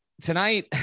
tonight